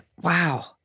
Wow